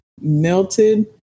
melted